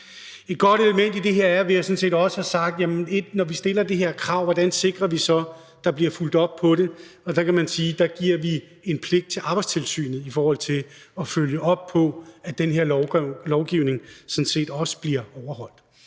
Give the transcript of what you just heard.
Et godt element i det her, som jeg sådan set også vil have sagt, er: Når vi stiller det her krav, hvordan sikrer vi så, at der bliver fulgt op på det? Og der giver vi en pligt til Arbejdstilsynet i forhold til at følge op på, at den her lovgivning også bliver overholdt.